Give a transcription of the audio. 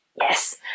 yes